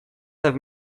have